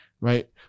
right